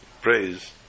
praise